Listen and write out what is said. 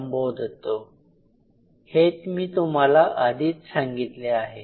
संबोधतो हे मी तुम्हाला आधीच सांगितले आहे